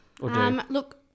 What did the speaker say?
Look